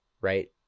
right